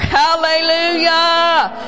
hallelujah